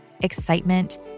excitement